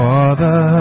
Father